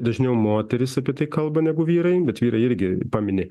dažniau moterys apie tai kalba negu vyrai bet vyrai irgi pamini